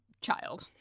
child